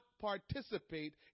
participate